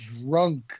drunk